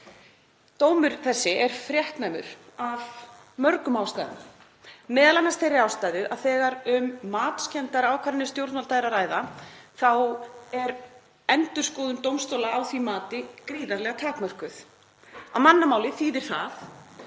Dómur þessi er fréttnæmur af mörgum ástæðum, m.a. af þeirri ástæðu að þegar um matskenndar ákvarðanir stjórnvalda er að ræða þá er endurskoðun dómstóla á því mati gríðarlega takmörkuð. Á mannamáli þýðir það